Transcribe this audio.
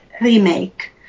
remake